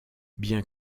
bien